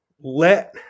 let